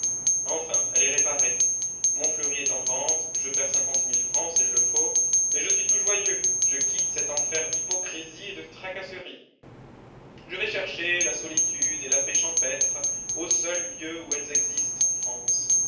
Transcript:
enfin elle est réparée monfleury est en vente je perds cinquante mille francs s'il le faut mais je suis tout joyeux je quitte cet enfer d'hypocrisie et de tracasseries je vais chercher la solitude et la paix champêtre au seul lieu où elles existent en france